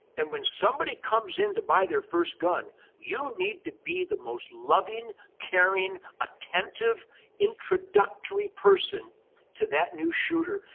and when somebody comes in to buy their first gun you need to be the most loving, caring, attentive introductory person to that new shooter.